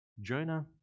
Jonah